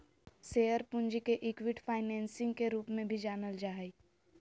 share पूंजी के equity financing के रूप में भी जानल जा हइ